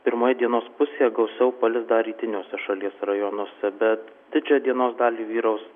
pirmoje dienos pusėje gausiau palis dar rytiniuose šalies rajonuose bet didžiąją dienos dalį vyraus